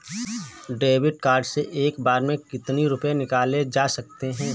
David card से एक बार में कितनी रूपए निकाले जा सकता है?